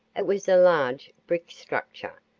it was a large brick structure,